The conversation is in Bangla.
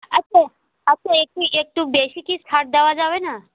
আচ্ছা আচ্ছা একটু একটু বেশি কি ছাড় দেওয়া যাবে না